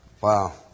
Wow